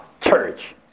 church